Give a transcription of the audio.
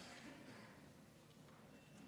כמובן.